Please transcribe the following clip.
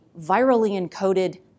virally-encoded